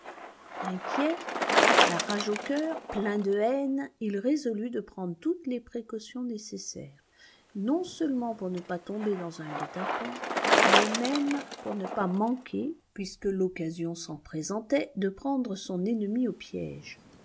inquiet la rage au cœur plein de haine il résolut de prendre toutes les précautions nécessaires non seulement pour ne pas tomber dans un guet-apens mais même pour ne pas manquer puisque l'occasion s'en présentait de prendre son ennemi au piège